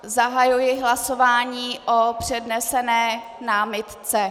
Zahajuji hlasování o přednesené námitce .